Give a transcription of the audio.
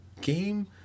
game